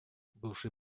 бывший